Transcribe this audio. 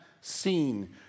seen